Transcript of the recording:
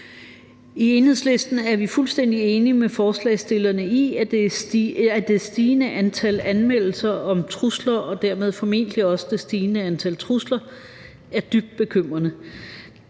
I Enhedslisten er vi fuldstændig enige med forslagsstillerne i, at det stigende antal anmeldelser om trusler og dermed formentlig også det stigende antal trusler er dybt bekymrende.